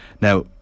Now